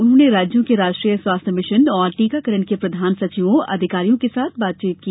उन्होंने राज्यों के राष्ट्रीय स्वास्थ्य मिशन और टीकाकरण के प्रधान सचिवों अधिकारियों के साथ बातचीत की